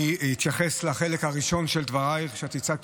אני אתייחס לחלק הראשון של דברייך כשהצגת